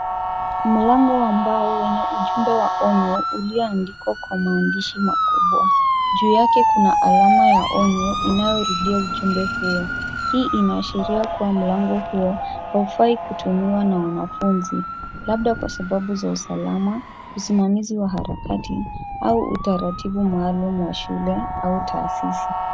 Mlango wa mbao wenye ujumbe wa onyo ilioandikwa kwa maandishi makubwa. Juu yake kuna alama ya onyo inayorudia ujumbe huo hii unaashiria kuwa mlango huo haufai kutumiwa na wanafunzi labda Kwa sababu za usalama usimamizi wa harakati au utaratibu maalum wa shule au tahasisi.